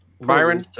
Byron